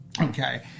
okay